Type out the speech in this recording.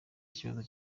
ikibazo